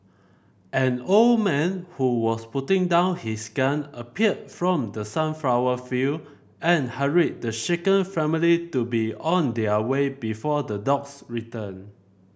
an old man who was putting down his gun appeared from the sunflower field and hurried the shaken family to be on their way before the dogs return